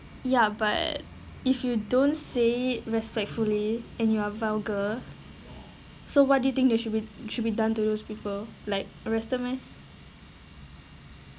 ya but if you don't say it respectfully and you're vulgar so what do you think they should be should be done to those people like arrested meh